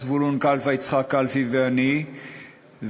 זבולון כלפה, יצחק וקנין ואני,